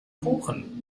kuchen